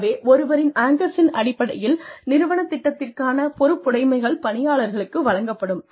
ஆகவே ஒருவரின் ஆங்கர்ஸின் அடிப்படையில் நிறுவனத் திட்டத்திற்கான பொறுப்புடைமைகள் பணியாளருக்கு வழங்கப்படும்